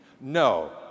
No